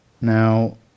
Now